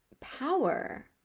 power